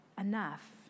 enough